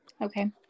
Okay